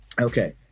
Okay